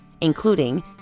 including